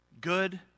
good